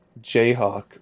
Jayhawk